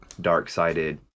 dark-sided